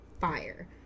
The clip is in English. fire